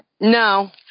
No